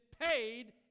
paid